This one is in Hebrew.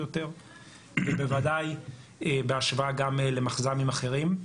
יותר ובוודאי בהשוואה גם למחז"מים אחרים,